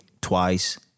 twice